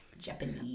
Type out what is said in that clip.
Japanese